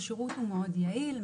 השירות הוא מאוד יעיל,